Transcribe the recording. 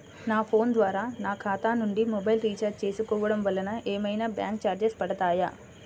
నా ఫోన్ ద్వారా నా ఖాతా నుండి మొబైల్ రీఛార్జ్ చేసుకోవటం వలన ఏమైనా బ్యాంకు చార్జెస్ పడతాయా?